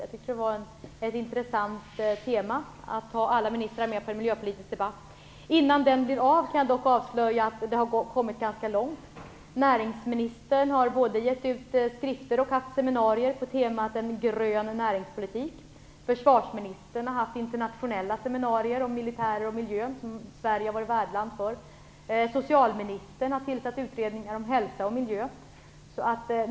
Jag tyckte att det var ett intressant tema att ha alla ministrar med på en miljöpolitisk debatt. Innan den blir av kan jag dock avslöja att arbetet har kommit ganska långt. Näringsministern har både gett ut skrifter och haft seminarier på temat En grön näringspolitik. Försvarsministern har haft internationella seminarier om militär och miljö, som Sverige har varit värdland för. Socialministern har tillsatt utredningar om hälsa och miljö.